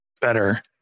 better